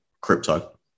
crypto